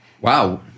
Wow